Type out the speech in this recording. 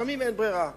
לפעמים אין ברירה.